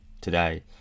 today